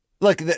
look